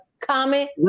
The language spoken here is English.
Comment